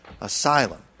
Asylum